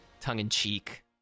tongue-in-cheek